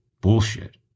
Bullshit